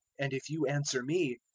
and if you answer me,